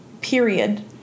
period